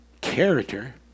character